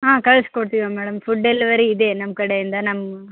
ಹಾಂ ಕಳ್ಸ್ಕೊಡ್ತೀವಿ madam food delivery ಇದೆ ನಮ್ಮ ಕಡೆಯಿಂದ ನಮ್ಮ